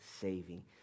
saving